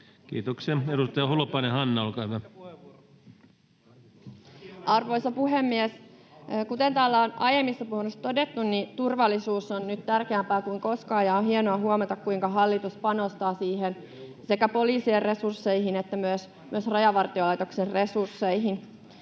vuodelle 2023 Time: 10:15 Content: Arvoisa puhemies! Kuten täällä on aiemmissa puheissa todettu, turvallisuus on nyt tärkeämpää kuin koskaan, ja on hienoa huomata, kuinka hallitus panostaa siihen — sekä poliisien resursseihin että myös Rajavartiolaitoksen resursseihin.